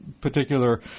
particular